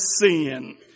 sin